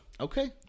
Okay